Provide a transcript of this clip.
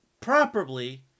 properly